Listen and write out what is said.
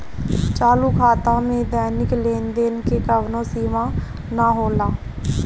चालू खाता में दैनिक लेनदेन के कवनो सीमा ना होला